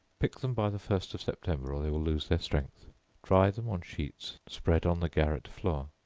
pick them by the first of september, or they will lose their strength dry them on sheets spread on the garret floor.